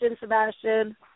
Sebastian